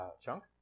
chunk